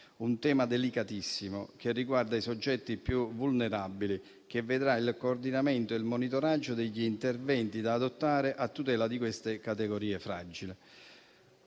un tema delicatissimo che riguarda i soggetti più vulnerabili, che vedrà il coordinamento e il monitoraggio degli interventi da adottare a tutela di queste categorie fragili,